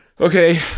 Okay